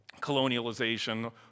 colonialization